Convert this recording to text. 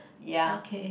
okay